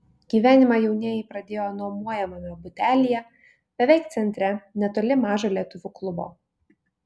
gyvenimą jaunieji pradėjo nuomojamame butelyje beveik centre netoli mažo lietuvių klubo